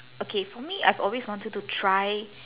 okay for me I've always wanted to try